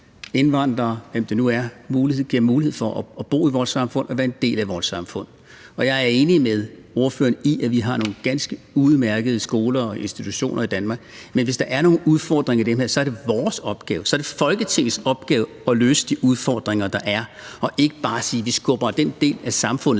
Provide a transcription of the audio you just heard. indvandrere, eller hvem det nu er; alle slags mennesker – bo i vores samfund, være en del af vores samfund. Jeg er enig med ordføreren i, at vi har nogle ganske udmærkede skoler og institutioner i Danmark, men hvis der er nogle udfordringer i dem, så er det vores opgave, så er det Folketingets opgave at løse de udfordringer, der er, og ikke bare sige, at vi skubber den del af samfundet,